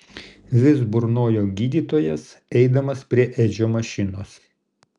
vis burnojo gydytojas eidamas prie edžio mašinos